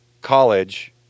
college